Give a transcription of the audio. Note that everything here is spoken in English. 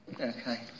Okay